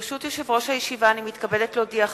ברשות יושב-ראש הישיבה, אני מתכבדת להודיעכם,